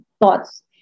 thoughts